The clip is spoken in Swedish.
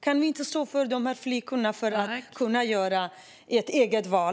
Kan vi inte stå för att de här flickorna ska kunna göra ett eget val?